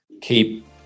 keep